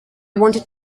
wanted